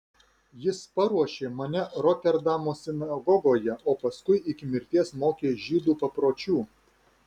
jis paruošė mane roterdamo sinagogoje o paskui iki mirties mokė žydų papročių